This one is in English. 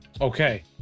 Okay